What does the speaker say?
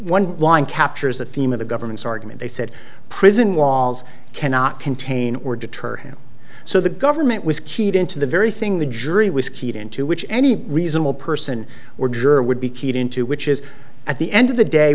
one line captures the theme of the government's argument they said prison walls cannot contain or deter him so the government was keyed into the very thing the jury was keyed into which any reasonable person or juror would be keyed into which is at the end of the day